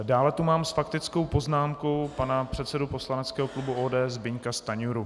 Dále tu mám s faktickou poznámkou pana předsedu poslaneckého klubu ODS Zbyňka Stanjuru.